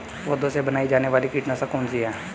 पौधों से बनाई जाने वाली कीटनाशक कौन सी है?